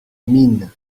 mine